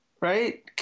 Right